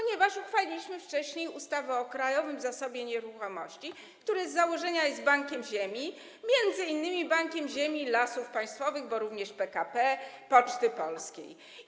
Dlatego że uchwaliliśmy wcześniej ustawę o Krajowym Zasobie Nieruchomości, który z założenia jest bankiem ziemi, m.in. bankiem ziemi Lasów Państwowych, a także PKP, Poczty Polskiej.